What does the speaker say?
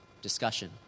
discussion